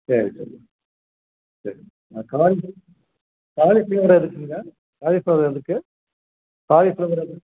சரி சரிங்க சரிங்க நான் காலிஃப்ளவர் காலிஃப்ளவர் எதுக்குங்க காலிஃப்ளவர் எதுக்கு காலிஃப்ளவர் எதுக்